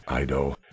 ido